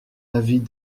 avis